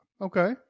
Okay